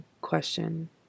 question